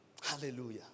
Hallelujah